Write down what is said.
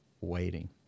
waiting